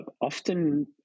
often